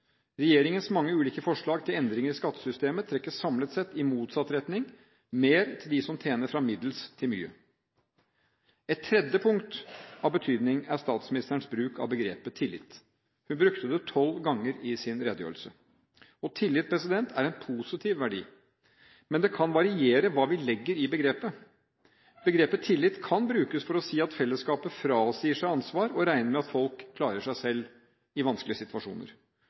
Regjeringens mange ulike forslag til endring i skattesystemet trekker samlet sett i motsatt retning: mer til dem som tjener fra middels til mye. Et tredje punkt av betydning er statsministerens bruk av begrepet «tillit». Hun brukte det tolv ganger i sin redegjørelse. Tillit er en positiv verdi, men det kan variere hva vi legger i begrepet. Begrepet tillit kan brukes for å si at fellesskapet frasier seg ansvar og regner med at folk klarer seg selv i vanskelige situasjoner,